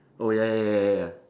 oh ya ya ya ya ya